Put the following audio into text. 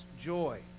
joy